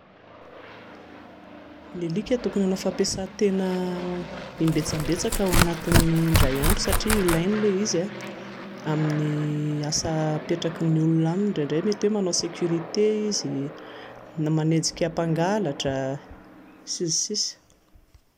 Ny alika tokony hanao fampiasan-tena imbetsabetsaka ao anatin'ny indray andro satria ilainy ilay izy amin'ny asa apetraky ny olona aminy. Indraindray mety hoe manao sécurité izy na manenjika mpangalatra, sns sns